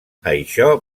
això